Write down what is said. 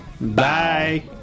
Bye